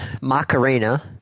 Macarena